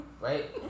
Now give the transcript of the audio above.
right